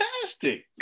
fantastic